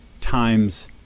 times